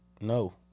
No